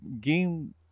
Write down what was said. Game